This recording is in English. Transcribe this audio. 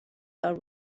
are